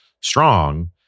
strong